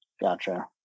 gotcha